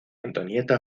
antonieta